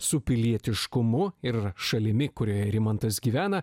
su pilietiškumu ir šalimi kurioje rimantas gyvena